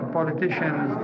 politicians